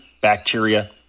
bacteria